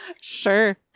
sure